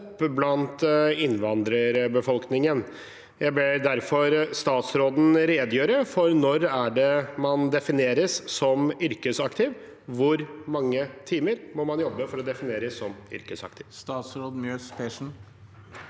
blant innvandrerbefolkningen. Jeg ber derfor statsråden redegjøre for når det er man defineres som yrkesaktiv. Hvor mange timer må man jobbe for å defineres som yrkesaktiv? Statsråd Marte Mjøs Persen